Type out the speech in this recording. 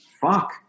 fuck